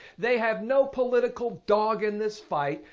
they have no political dog in this fight.